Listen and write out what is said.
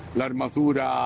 l'armatura